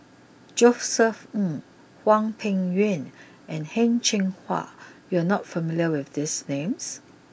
Josef Ng Hwang Peng Yuan and Heng Cheng Hwa you are not familiar with these names